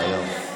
אמת, היום.